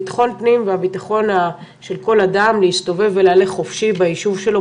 ביטחון פנים והביטחון של כל אדם להסתובב ולהלך חופשי ביישוב שלו,